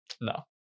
No